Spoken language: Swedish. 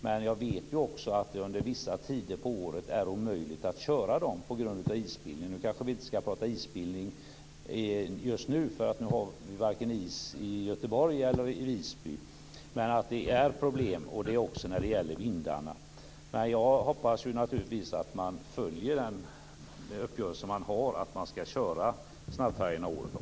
Men jag vet ju också att det under vissa tider av året är omöjligt att köra dem på grund av isbildning. Vi kanske inte ska tala om isbildning just, eftersom vi inte har is vare sig i Göteborg eller i Visby. Men det är problem med detta. Det är också problem med vindarna. Men jag hoppas naturligtvis att man följer den uppgörelse som man har om att man ska köra snabbfärjorna året om.